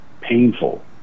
painful